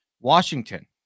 washington